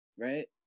Right